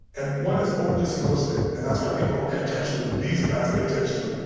and one is overly simplistic, and that's why people don't pay attention to it. but these guys pay attention to it.